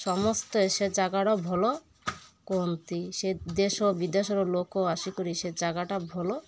ସମସ୍ତେ ସେ ଜାଗାର ଭଲ କୁହନ୍ତି ସେ ଦେଶ ବିଦେଶର ଲୋକ ଆସିକରି ସେ ଜାଗାଟା ଭଲ